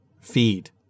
feed